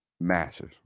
Massive